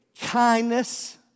kindness